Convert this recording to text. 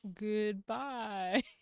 Goodbye